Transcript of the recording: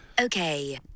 Okay